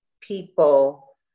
people